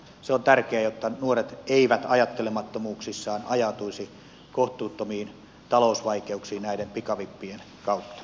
se on tärkeää jotta nuoret eivät ajattelemattomuuksissaan ajautuisi kohtuuttomiin talousvaikeuksiin näiden pikavippien kautta